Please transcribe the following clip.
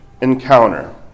encounter